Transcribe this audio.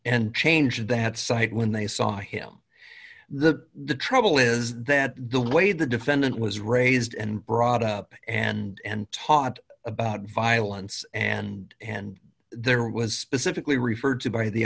and changed that sight when they saw him the the trouble is that the way the defendant was raised and brought up and taught about violence and and there was specific we referred to by the